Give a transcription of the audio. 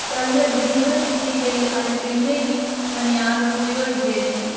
कल डिलीवर कीती गेदी आइसक्रीमें दी मनेआद पूरी होई गेदी ही